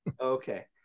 Okay